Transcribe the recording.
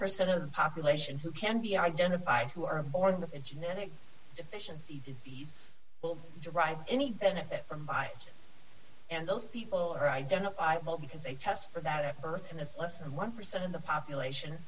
percent of the population who can be identified who are born in genetic deficiency disease will derive any benefit from by and those people are identifiable because they test for that st and it's less than one percent of the population